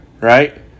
right